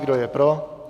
Kdo je pro?